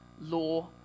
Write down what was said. law